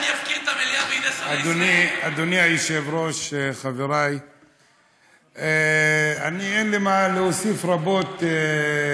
אבל אדוני היושב-ראש, אתה רוצה